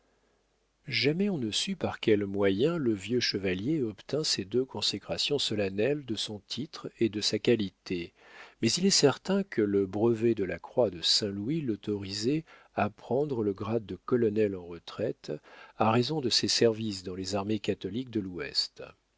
jamais on ne sut par quels moyens le vieux chevalier obtint ces deux consécrations solennelles de son titre et de sa qualité mais il est certain que le brevet de la croix de saint-louis l'autorisait à prendre le grade de colonel en retraite à raison de ses services dans les armées catholiques de l'ouest